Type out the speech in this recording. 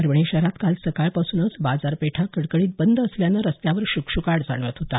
परभणी शहरात काल सकाळपासूनच बाजारपेठा कडकडीत बंद असल्याने रस्त्यावर शुकशुकाट जाणवत होता